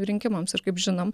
rinkimams ir kaip žinom